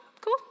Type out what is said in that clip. cool